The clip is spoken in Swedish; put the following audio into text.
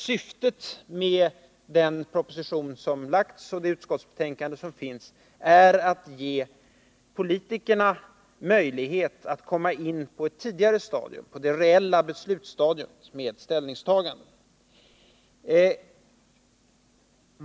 Syftet med propositionen är att ge politikerna möjlighet att göra ett ställningstagande på ett tidigare stadium — på det reella beslutsstadiet.